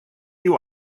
you